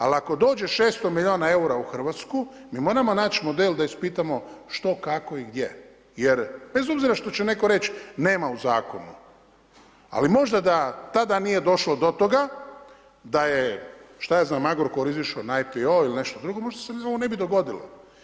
Ali ako dođe 600 milijuna eura u Hrvatsku, mi moramo naći model da ispitamo što, kako i gdje jer bez obzira što će netko reći nema u zakonu, ali možda da tada nije došlo do toga, da je šta ja znam, u Agrokor izišao na IPO, ili nešto drugo, možda se ovo ne bi dogodilo.